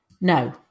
No